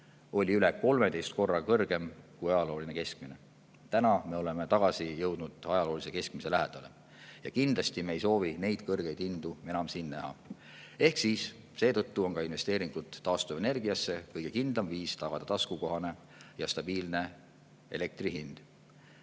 oli üle 13 korra kõrgem kui ajalooline keskmine. Täna me oleme tagasi jõudnud ajaloolise keskmise lähedale ja kindlasti me ei soovi neid kõrgeid hindu enam siin näha. Ehk siis seetõttu on ka investeeringud taastuvenergiasse kõige kindlam viis tagada taskukohane ja stabiilne elektri hind.